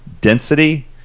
density